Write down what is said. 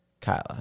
Kyla